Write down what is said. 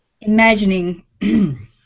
imagining